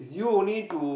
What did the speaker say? is you only to